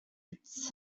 its